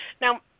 Now